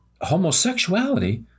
homosexuality